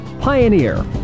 Pioneer